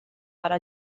farà